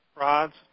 rods